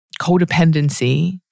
Codependency